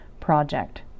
project